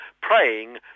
praying